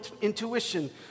intuition